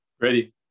ready